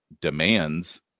demands